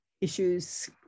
issues